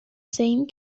same